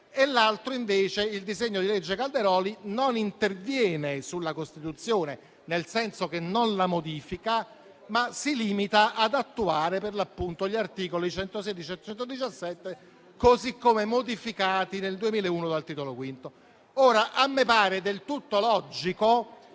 L'altro invece, il disegno di legge Calderoli, non interviene sulla Costituzione, nel senso che non la modifica, ma si limita ad attuare per l'appunto gli articoli 116 e 117, così come modificati nel 2001 dalla riforma del Titolo V. Ora, a me pare del tutto logico